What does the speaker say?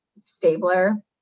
Stabler